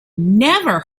never